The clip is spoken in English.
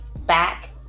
back